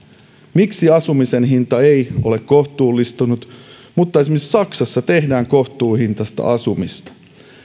miksi asumisen hinta ei ole kohtuullistunut mutta esimerkiksi saksassa tehdään kohtuuhintaista asumista